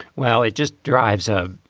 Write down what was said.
well, it just drives a,